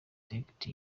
dwight